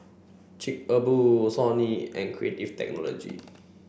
Chic A Boo Sony and Creative Technology